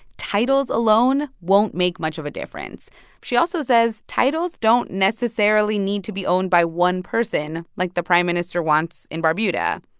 titles alone won't make much of a difference she also says titles don't necessarily need to be owned by one person, like the prime minister wants in barbuda.